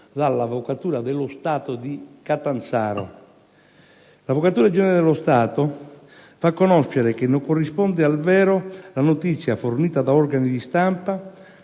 dall'Avvocatura dello Stato di Catanzaro. L'Avvocatura generale dello Stato fa conoscere che non corrisponde al vero la notizia, fornita da organi di stampa,